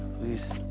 please,